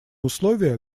условия